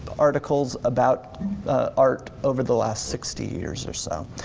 articles about art over the last sixty years or so.